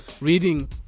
reading